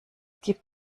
gibt